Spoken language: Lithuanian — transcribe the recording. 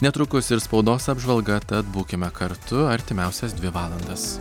netrukus ir spaudos apžvalga tad būkime kartu artimiausias dvi valandas